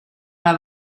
una